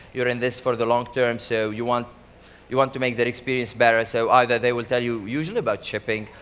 you're in this for the long term, so you want you want to make their experience better. so either they will tell you, usually about shipping,